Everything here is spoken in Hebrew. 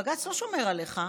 בג"ץ לא שומר עליך.